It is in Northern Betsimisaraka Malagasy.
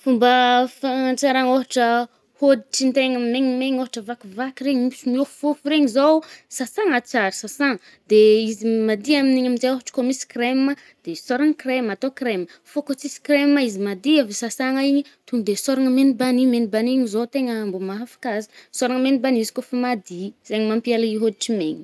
Fomba fagnatsaragna ôhatra hôditry antegna megnimegny, ôhatra vakivaky regny, misy miôfofo regny zaho, sasàgna tsara, sasagna. De izy madî aminigny aminjeo ôhatra kô misy krema de osôragna krema, atô krema. Fô kô tsisy krema izy madî avy sasàgna i, to de osôragna meni-banille, meni-banille igny zao tegna mbô mahafaka azy. Sôragna meni-banille izy koà fa mady zaigny mampiala i hôditry megny i.